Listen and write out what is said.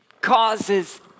causes